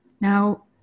Now